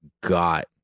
got